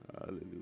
hallelujah